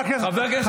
חבר הכנסת,